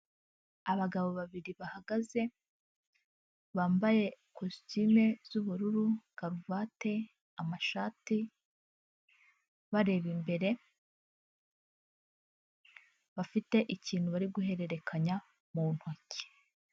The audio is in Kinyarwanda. Abagabo babiri bahagaze bambaye kositimu z'ubururu, karuvati, amashati bareba imbere bafite ikintu bari guhererekanya mu ntoki.